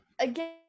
Again